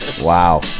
Wow